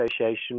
Association